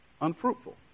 unfruitful